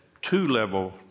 two-level